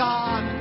God